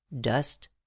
dust